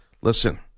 listen